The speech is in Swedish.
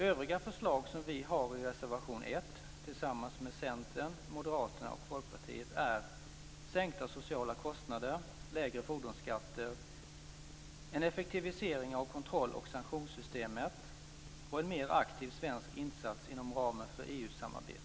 Övriga förslag som vi har i reservation 1 tillsammans med Centern, Moderaterna och Folkpartiet är sänkta sociala kostnader, lägre fordonsskatter, en effektivisering av kontroll och sanktionssystemet och en mer aktiv svensk insats inom ramen för EU